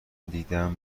دیدم